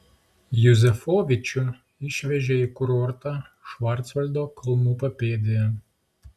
juzefovičių išvežė į kurortą švarcvaldo kalnų papėdėje